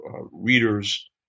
readers